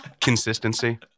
Consistency